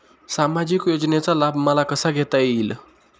सामाजिक योजनेचा लाभ मला कसा घेता येईल?